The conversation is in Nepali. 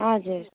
हजुर